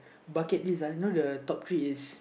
bucket list uh you know the top three is